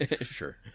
Sure